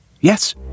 Yes